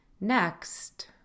Next